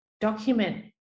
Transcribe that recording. document